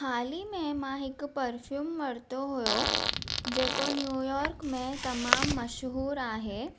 हाल ई में मां हिकु परफ्यूम वरितो हुयो जेको न्यूयॉर्क में तमामु मशहूरु आहे